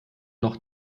noch